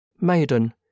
maiden